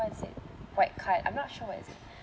what is it white card I'm not sure what is it